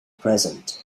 present